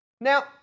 Now